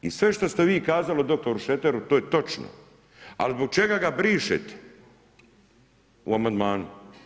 I sve što ste vi kazali od dr. Šreteru to je točno ali zbog čega ga brišete u amandmanu.